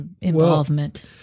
involvement